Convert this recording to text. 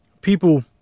people